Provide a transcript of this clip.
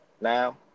now